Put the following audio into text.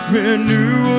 renew